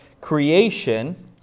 Creation